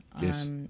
Yes